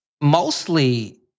Mostly